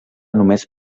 només